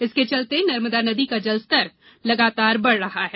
इसके चलते नर्मदा नदी का जलस्तर लगातार बढ़ रहा है